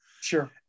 Sure